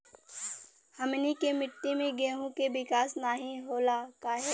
हमनी के मिट्टी में गेहूँ के विकास नहीं होला काहे?